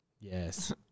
Yes